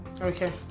Okay